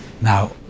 Now